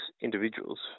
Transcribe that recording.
individuals